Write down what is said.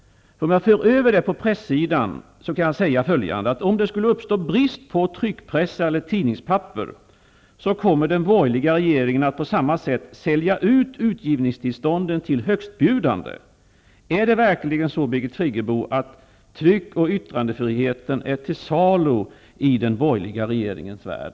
Om man för över resonemanget på pressen kan man säga följande. Om det skulle uppstå brist på tryckpressar eller tidningspapper kommer den borgerliga regeringen att på samma sätt sälja ut utgivningstillstånden till högstbjudande. Är det verkligen så, Birgit Friggebo, att tryck och yttrandefriheten är till salu i den borgerliga regeringens värld?